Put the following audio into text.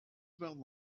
about